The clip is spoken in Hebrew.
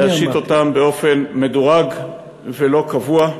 להשית אותם באופן מדורג ולא קבוע,